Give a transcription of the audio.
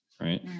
Right